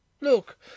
Look